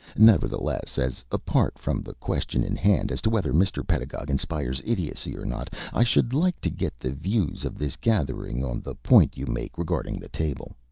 nevertheless, as apart from the question in hand as to whether mr. pedagog inspires idiocy or not, i should like to get the views of this gathering on the point you make regarding the table.